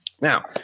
Now